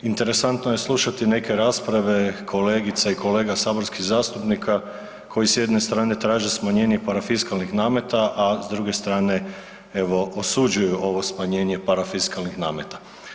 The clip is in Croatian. Interesantno je slušati neke rasprave kolegica i kolega saborskih zastupnika koji s jedne strane traže smanjenje parafiskalnih nameta, a s druge strane evo osuđuju ovo smanjenje parafiskalnih nameta.